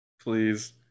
Please